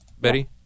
Betty